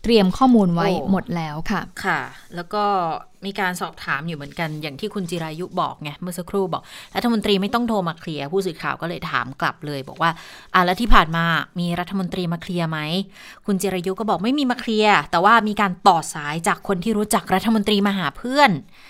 เตรียมข้อมูลไว้โอ้หมดแล้วค่ะค่ะ แล้วก็มีการสอบถามอยู่เหมือนกัน อย่างที่คุณจิรายุบอกไงเมื่อสักครู่บอกรัฐมนตรีไม่ต้องโทรมาเคลียร์ ผู้สื่อข่าวก็เลยถามกลับเลยบอกว่า อ่ะ และที่ผ่านมามีรัฐมนตรีมาเคลียร์ไหม? คุณจิรายุก็บอกไม่มีมาเคลียร์ แต่ว่ามีการต่อสายจากคนที่รู้จักรัฐมนตรีมาหาเพื่อน